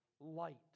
light